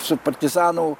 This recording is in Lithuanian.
su partizanų